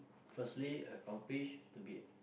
firstly accomplish to be